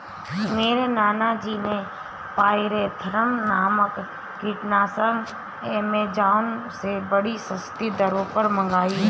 मेरे नाना जी ने पायरेथ्रम नामक कीटनाशक एमेजॉन से बड़ी सस्ती दरों पर मंगाई है